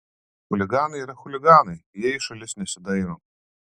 chuliganai yra chuliganai jie į šalis nesidairo